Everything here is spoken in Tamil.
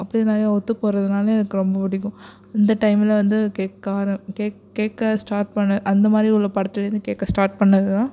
அப்படியே நிறையா ஒத்து போகிறதனால எனக்கு ரொம்ப பிடிக்கும் அந்த டைமில் வந்து கேட்க ஆரம் கேக் கேட்க ஸ்டார்ட் பண்ணிணது அந்தமாதிரி உள்ள படத்துலேருந்து கேட்க ஸ்டார்ட் பண்ணிணதுதான்